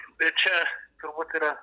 tai čia turbūt yra